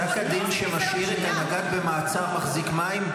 פסק הדין שמשאיר את הנגד במעצר מחזיק מים?